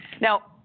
Now